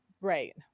Right